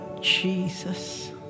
Jesus